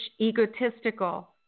egotistical